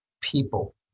People